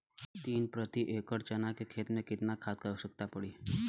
तीन प्रति एकड़ चना के खेत मे कितना खाद क आवश्यकता पड़ी?